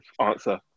answer